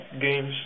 games